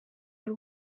hari